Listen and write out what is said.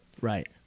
Right